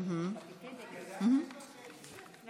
ענף זה